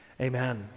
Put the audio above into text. Amen